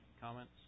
Comments